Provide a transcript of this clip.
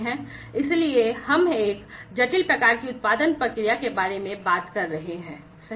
इसलिए हम एक जटिल प्रकार की उत्पादन प्रक्रिया के बारे में बात कर रहे हैं सही